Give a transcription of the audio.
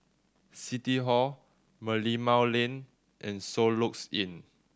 City Hall Merlimau Lane and Soluxe Inn